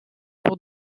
pour